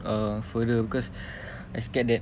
uh further because I scared that